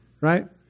right